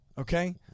Okay